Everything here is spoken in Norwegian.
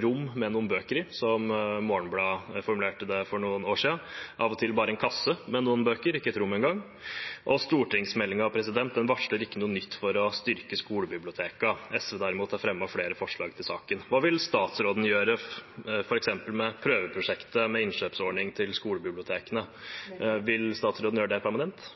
rom med noen bøker i, som Morgenbladet formulerte det for noen år siden, og av og til bare en kasse med noen bøker i, ikke et rom engang. Stortingsmeldingen varsler ikke noe nytt for å styrke skolebibliotekene. SV har derimot fremmet flere forslag til saken. Hva vil statsråden gjøre med f.eks. prøveprosjektet med innkjøpsordning til skolebibliotekene? Vil statsråden gjøre det permanent?